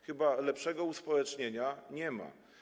Chyba lepszego uspołecznienia nie ma.